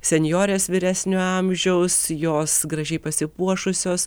senjorės vyresnio amžiaus jos gražiai pasipuošusios